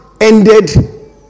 ended